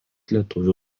lietuvių